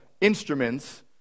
instruments